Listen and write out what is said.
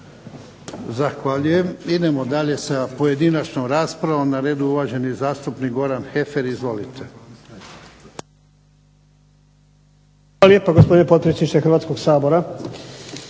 Zahvaljujem. Idemo dalje s pojedinačnom raspravom. Na redu je uvaženi zastupnik Goran Heffer, izvolite. **Heffer, Goran (SDP)** Hvala lijepa gospodine potpredsjedniče Hrvatskoga sabora,